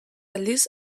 aldiz